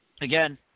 again